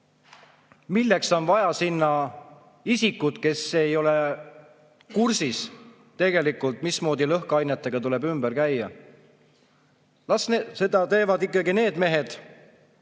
milleks on vaja sinna isikut, kes ei ole tegelikult kursis, mismoodi lõhkeainetega tuleb ümber käia. Las seda teevad ikkagi need mehed,